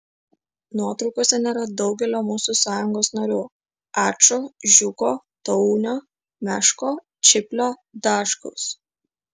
nuotraukose nėra daugelio mūsų sąjungos narių ačo žiūko taunio meško čiplio daškaus